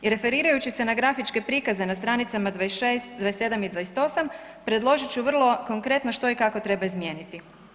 I referirajući se na grafičke prikaze na stranicama 26, 27 i 28 predložit ću vrlo konkretno što i kako treba izmijeniti.